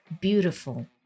beautiful